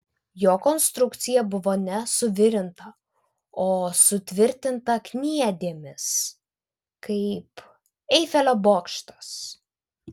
jo konstrukcija buvo ne suvirinta o sutvirtinta kniedėmis kaip eifelio bokštas